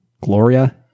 Gloria